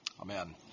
Amen